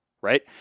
right